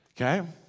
Okay